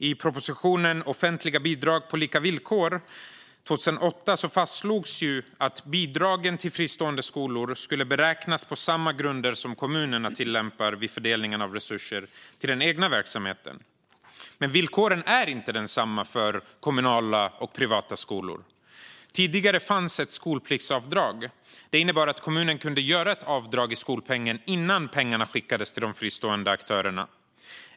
I propositionen Offentliga bidrag på lika villkor 2008 fastslogs att bidragen till fristående skolor skulle beräknas på samma grunder som kommunerna tillämpar vid fördelningen av resurser till den egna verksamheten. Men villkoren är inte desamma för kommunala och privata skolor. Tidigare fanns ett skolpliktsavdrag. Det innebar att kommunen kunde göra ett avdrag i skolpengen innan pengarna skickades till de fristående aktörerna.